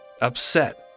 upset